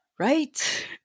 Right